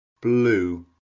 Blue